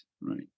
right